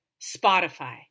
Spotify